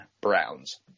Browns